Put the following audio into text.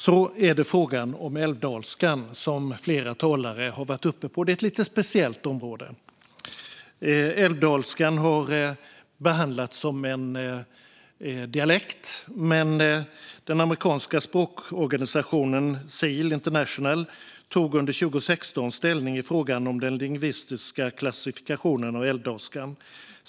Så till älvdalskan, som flera talare har tagit upp. Älvdalskan har behandlats som en dialekt, men den amerikanska språkorganisationen SIL International tog under 2016 ställning i frågan om den lingvistiska klassificeringen av älvdalskan.